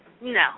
No